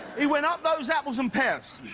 he went up those apples and pears.